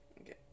Okay